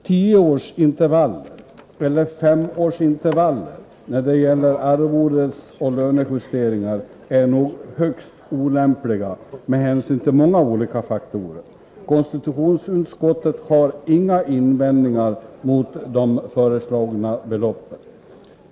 Tioårsintervaller eller femårsintervaller när det gäller arvodesoch lönejusteringar är nog högst olämpligt med hänsyn till många olika faktorer. Konstitutionsutskottet har inga invändningar mot de föreslagna beloppen.